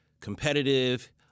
competitive